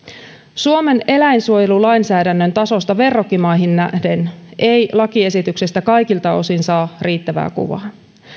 suomen eläinsuojelulainsäädännön tasosta verrokkimaihin nähden ei lakiesityksestä kaikilta osin saa riittävää kuvaa